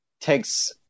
takes